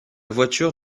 voiture